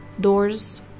doors